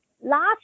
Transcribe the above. last